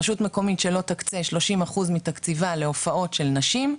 רשות מקומית שלא תקצה 30 אחוז מתקציבה להופעות של נשים,